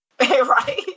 Right